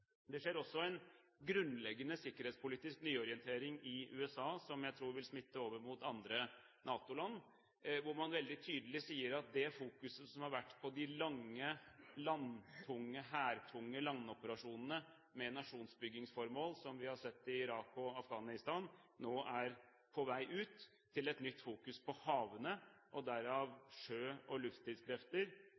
Det skjer også en grunnleggende sikkerhetspolitisk nyorientering i USA, som jeg tror vil smitte over på andre NATO-land. Man sier veldig tydelig at det fokuset som har vært på de lange, hærtunge landoperasjonene med nasjonsbyggingsformål, som vi har sett i Irak og Afghanistan, nå er på vei ut, og man har fått et nytt fokus på havene – derav sjø- og